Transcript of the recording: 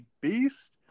beast